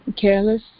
careless